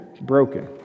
broken